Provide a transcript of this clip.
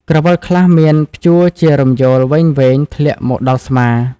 ក្រវិលខ្លះមានព្យួរជារំយោលវែងៗធ្លាក់មកដល់ស្មា។